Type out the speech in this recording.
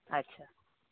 अच्छा